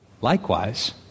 Likewise